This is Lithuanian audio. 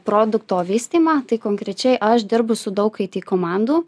produkto vystymą tai konkrečiai aš dirbu su daug it komandų